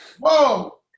Whoa